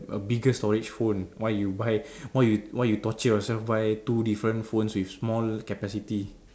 a bigger storage phone why you buy why you why you torture yourself buy two different phones with small capacity